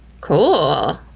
cool